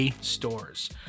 Stores